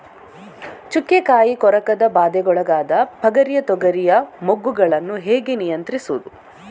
ಚುಕ್ಕೆ ಕಾಯಿ ಕೊರಕದ ಬಾಧೆಗೊಳಗಾದ ಪಗರಿಯ ತೊಗರಿಯ ಮೊಗ್ಗುಗಳನ್ನು ಹೇಗೆ ನಿಯಂತ್ರಿಸುವುದು?